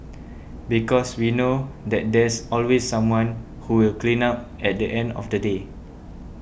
because we know that there's always someone who will clean up at the end of the day